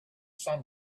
sun